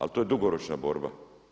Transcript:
Ali to je dugoročna borba.